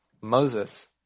Moses